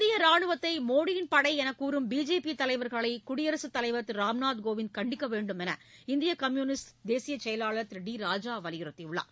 இந்திய ராணுவத்தை மோடியின் படை என்று கூறும் பிஜேபி தலைவா்களை குடியரசுத் தலைவா் திரு ராம்நாத் கோவிந்த் கண்டிக்க வேண்டும் என இந்திய கம்யூனிஸ்ட் தேசிய செயலாளர் திரு டி ராஜா வலியுறுத்தியுள்ளார்